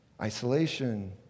isolation